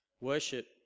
worship